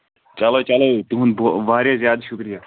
چلو چلو تِہُنٛد واریاہ زیادٕ شُکرِیہ